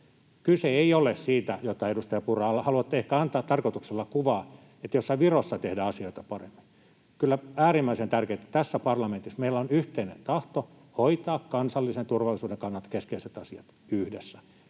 Kyse ei ole siitä, josta, edustaja Purra, haluatte ehkä antaa tarkoituksella kuvaa, että jossain Virossa tehdään asioita paremmin. Kyllä on äärimmäisen tärkeää, että tässä parlamentissa meillä on yhteinen tahto hoitaa kansallisen turvallisuuden kannalta keskeiset asiat yhdessä,